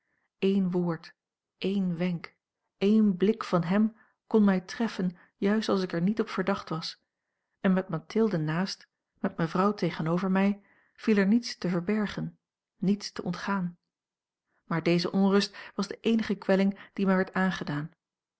één woord één wenk één blik van hem kon mij treffen juist als ik er niet op verdacht was en met mathilde naast met mevrouw tegenover mij viel er niets te verbergen niets te ontgaan maar deze onrust was de eenige kwelling die mij werd aangedaan